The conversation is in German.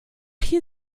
hier